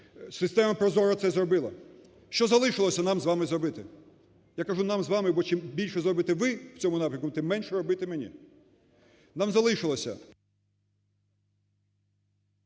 Система ProZorro це зробила. Що залишилося нам з вами зробити? Я кажу, нам з вами, бо чим більше зробите ви в цьому напрямку, тим менше робити мені. Нам залишилося…